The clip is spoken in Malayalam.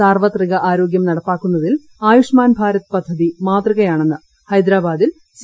സാർവ്വത്രിക ആരോഗ്യം നടപ്പാക്കുന്നതിൽ ആയുഷ്മാൻ ഭാരത് പദ്ധതി മാതൃകയാണെന്ന് ഹൈദ്രാബാദിൽ സി